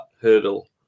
hurdle